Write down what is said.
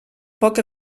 poca